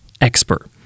expert